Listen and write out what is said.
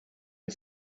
you